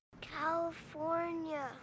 California